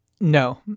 No